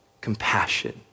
compassion